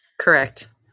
correct